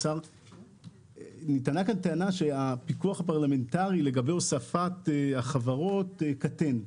נטענה כאן טענה שהפיקוח הפרלמנטרי לגבי הוספת החברות קטן.